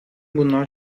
bunlar